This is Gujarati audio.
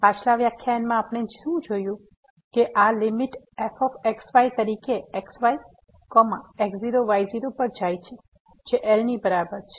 તેથી પાછલા વ્યાખ્યાનમાં આપણે શું જોયું છે કે આ લીમીટ f x y તરીકે x y x0 y0 પર જાય છે જે L ની બરાબર છે